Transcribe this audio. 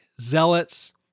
zealots